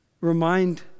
remind